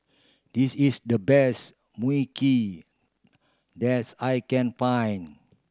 this is the best Mui Kee that's I can find